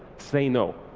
say no.